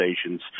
stations